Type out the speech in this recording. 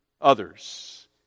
others